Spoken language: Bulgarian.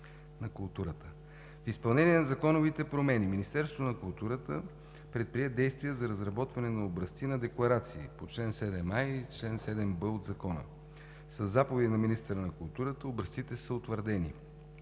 В изпълнение на законовите промени Министерството на културата предприе действия за разработване на образци на декларации по чл. 7а и чл. 7б от Закона. Със заповед на министъра на културата образците са утвърдени